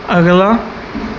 ਅਗਲਾ